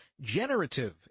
generative